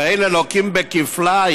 ואלה לוקים כפליים,